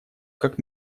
как